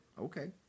Okay